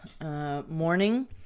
morning